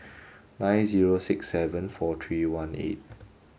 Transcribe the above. nine zero six seven four three one eight